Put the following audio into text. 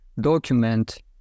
document